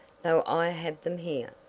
though i have them here.